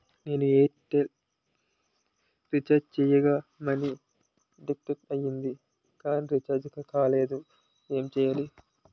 నేను Airtel recharge చేయించగా money deduct అయ్యింది కానీ రీఛార్జ్ కాలేదు ఏంటి చేయాలి?